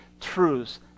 truths